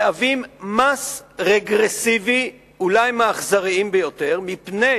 מהווה מס רגרסיבי, אולי מהאכזריים ביותר, מפני